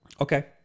Okay